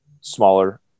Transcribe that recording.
smaller